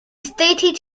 stated